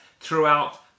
throughout